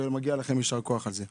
ומגיע לכם יישר כוח על זה.